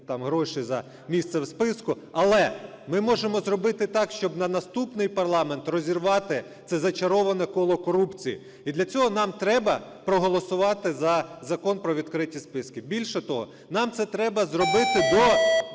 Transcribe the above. гроші за місце в списку. Але ми можемо зробити так, щоб на наступний парламент розірвати це зачароване коло корупції. І для цього нам треба проголосувати за Закон про відкриті списки. Більше того, нам це треба зробити до